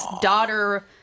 daughter